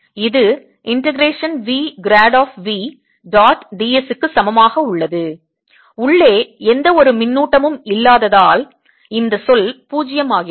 இது integration v grad of v dot d s க்கு சமமாக உள்ளது உள்ளே எந்த ஒரு மின்னூட்டமும் இல்லாததால் இந்த சொல் பூஜ்யம் ஆகிறது